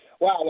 Wow